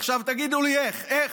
עכשיו, תגידו לי איך, איך,